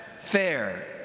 fair